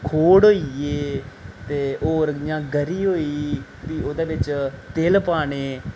खोड़ होई गे ते होर जि'यां गरी होई गेई फ्ही ओह्दे बिच्च तिल पाने